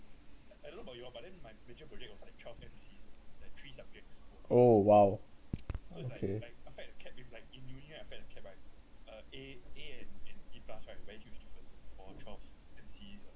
oh !wow! okay